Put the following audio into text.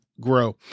grow